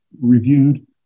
reviewed